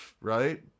right